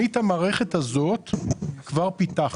את המערכת הזאת אני כבר פיתחתי.